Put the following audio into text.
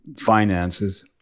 finances